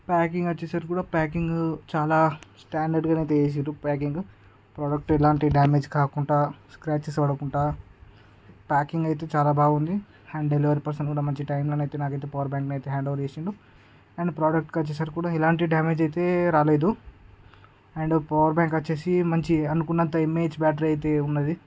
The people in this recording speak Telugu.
ప్యాకింగ్ వచ్చేసరికి కూడా ప్యాకింగ్ చాలా స్టాండర్డ్ గానే అయితే చేసిండ్రు ప్యాకింగ్ ప్రోడక్ట్ ఎలాంటి డామేజ్ కాకుండా స్క్రేచ్స్ పడకుండా ప్యాకింగ్ అయితే చాలా బాగుంది అండ్ డెలివరీ పర్సన్ కూడా మంచి టైమ్లోనే అయితే నాకైతే పవర్ బ్యాంక్ అయితే హ్యాండొవర్ చేసిండు అండ్ ప్రోడక్ట్కి వచ్చేసరికి కూడా ఎలాంటి డామేజ్ అయితే రాలేదు అండ్ పవర్ బ్యాంక్ వచ్చేసి మంచి అనుకున్నంత ఎమ్ఏహెచ్ బ్యాటరీ అయితే ఉంది